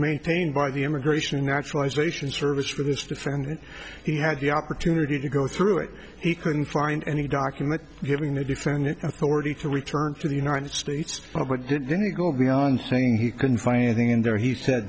maintained by the immigration and naturalization service for this defendant he had the opportunity to go through it he couldn't find any document giving the defendant authority to return to the united states but didn't go beyond saying he couldn't find anything in there he said